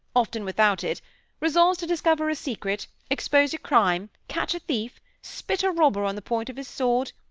often without it resolves to discover a secret, expose a crime, catch a thief, spit a robber on the point of his sword,